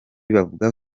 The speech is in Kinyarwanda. bavuga